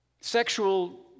Sexual